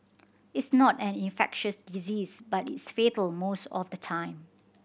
it's not an infectious disease but it's fatal most of the time